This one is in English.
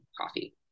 coffee